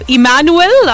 Emmanuel